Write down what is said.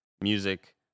music